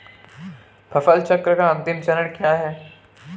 फसल चक्र का अंतिम चरण क्या है?